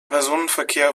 personenverkehr